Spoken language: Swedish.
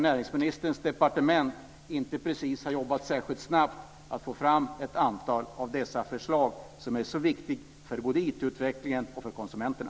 Näringsministerns departement har inte jobbat särskilt snabbt för att få fram dessa förslag som är så viktiga för IT utvecklingen och för konsumenterna.